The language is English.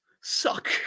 suck